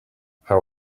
how